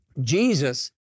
Jesus